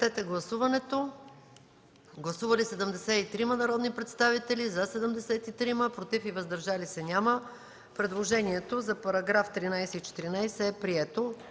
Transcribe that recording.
Гласували 73 народни представители: за 73, против и въздържали се няма. Предложението за параграфи 13 и 14 е прието.